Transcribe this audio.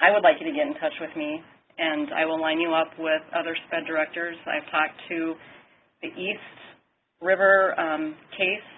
i would like you to get in touch with me and i will line you up with other sped directors. i've talked to the east river case